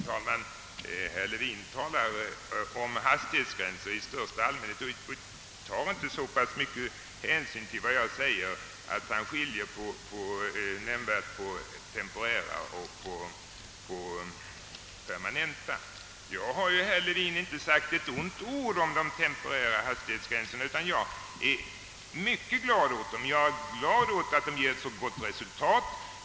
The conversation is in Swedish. Herr talman! Herr Levin talar om hastighetsgränser i största allmänhet och tar inte så pass mycken hänsyn till vad jag säger att han skiljer nämnvärt mellan temporära och permanenta hastighetsbegränsningar. Jag har, herr Levin, inte sagt ett ont ord om de temporära hastighetsbegränsningarna, utan jag är mycket glad åt att de ger så gott resultat.